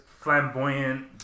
flamboyant